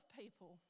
people